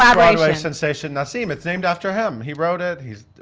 um broadway sensation, nassim. it's named after him. he wrote it, he's.